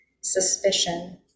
suspicion